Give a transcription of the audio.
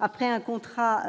Après un contrat